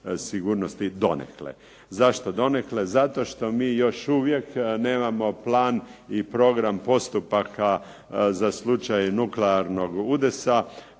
sigurnosti donekle. Zašto donekle? Zato što mi još uvijek nemamo plan i program postupaka za slučaj nuklearnog udesa,